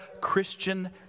Christian